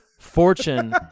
fortune